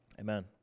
amen